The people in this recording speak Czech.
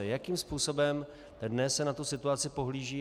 Jakým způsobem se dnes na tuto situaci pohlíží?